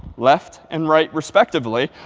left and right respectively.